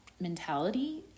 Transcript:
mentality